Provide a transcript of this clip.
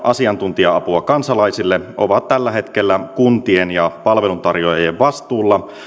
asiantuntija apua kansalaisille ovat tällä hetkellä kuntien ja palveluntarjoajien vastuulla